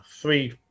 three